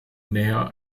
näher